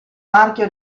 marchio